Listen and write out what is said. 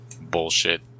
bullshit